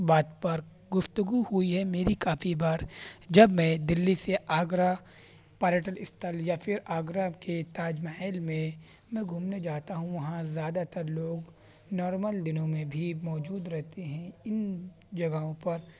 بات پر گفتگو ہوئی ہے میری کافی بار جب میں دلی سے آگرہ پریٹل استھل یا پھر آگرہ کے تاج محل میں میں گھومنے جاتا ہوں وہاں زیادہ تر لوگ نارمل دنوں میں بھی موجود رہتے ہیں ان جگہوں پر